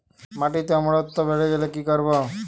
মাটিতে অম্লত্ব বেড়েগেলে কি করব?